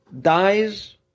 dies